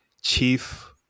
chief